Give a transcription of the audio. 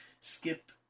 skip